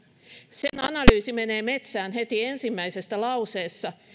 sen analyysi menee metsään heti ensimmäisessä lauseessa